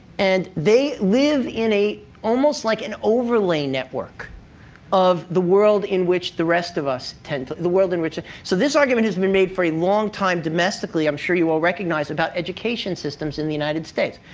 and they live in almost like an overlay network of the world in which the rest of us tend to the world in which so this argument has been made for a long time domestically i'm sure you all recognize about education systems in the united states.